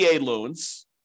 loans